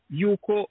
yuko